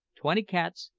twenty cats,